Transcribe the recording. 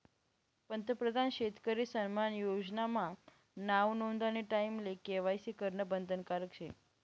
पंतप्रधान शेतकरी सन्मान योजना मा नाव नोंदानी टाईमले के.वाय.सी करनं बंधनकारक शे